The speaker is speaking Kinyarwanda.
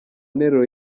nteruro